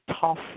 tough